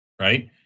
right